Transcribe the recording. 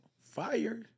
Fire